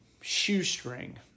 shoestring